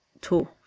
tool